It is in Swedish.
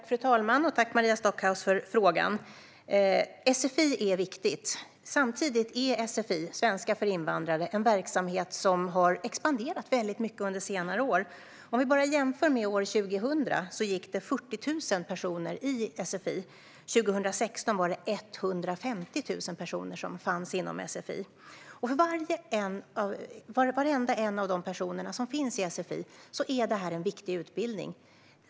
Fru talman! Tack, Maria Stockhaus, för frågan! Sfi, svenska för invandrare, är viktigt. Samtidigt är sfi en verksamhet som har expanderat väldigt mycket under senare år. Vi kan jämföra med år 2000. Då gick 40 000 personer på sfi. År 2016 var det 150 000 personer som fanns inom sfi. För var och en av dem är sfi en viktig utbildning.